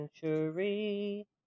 century